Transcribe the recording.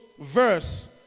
verse